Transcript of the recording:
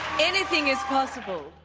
anything is possible,